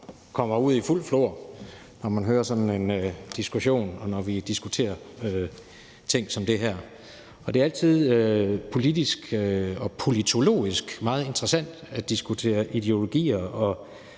sig ud i fuldt flor, når man hører sådan en diskussion, og når vi diskuterer ting som det her. Og det er altid politisk og politologisk meget interessant at diskutere ideologier, og